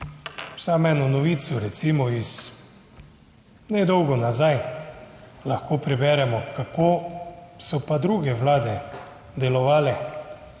samo eno novico recimo iz nedolgo nazaj lahko preberemo, kako so pa druge vlade delovale.